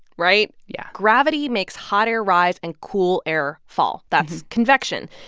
right? yeah gravity makes hot air rise and cool air fall. that's convection.